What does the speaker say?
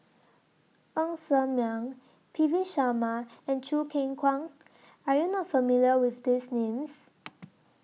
Ng Ser Miang P V Sharma and Choo Keng Kwang Are YOU not familiar with These Names